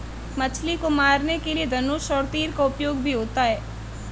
मछली को मारने के लिए धनुष और तीर का उपयोग भी होता है